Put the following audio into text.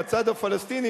הצד הפלסטיני,